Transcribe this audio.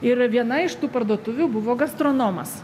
ir viena iš tų parduotuvių buvo gastronomas